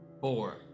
Four